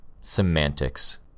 Semantics